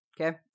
Okay